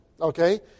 okay